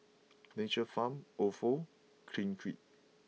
Nature Farm Ofo Clinique